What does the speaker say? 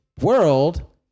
world